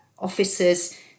Officers